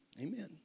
Amen